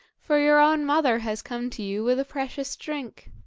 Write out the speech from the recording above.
for your own mother has come to you with a precious drink.